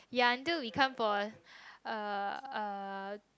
ya until we come for a a a